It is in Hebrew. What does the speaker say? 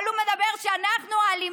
אבל הוא מדבר על זה שאנחנו האלימים.